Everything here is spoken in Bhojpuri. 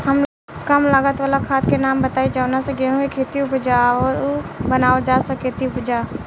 कम लागत वाला खाद के नाम बताई जवना से गेहूं के खेती उपजाऊ बनावल जा सके ती उपजा?